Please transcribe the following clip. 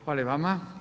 Hvala i vama.